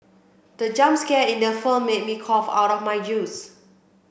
the jump scare in the film made me cough out my use